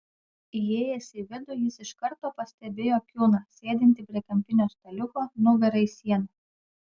įėjęs į vidų jis iš karto pastebėjo kiuną sėdintį prie kampinio staliuko nugara į sieną